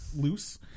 loose